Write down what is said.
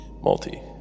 Multi